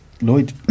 Lloyd